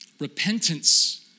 Repentance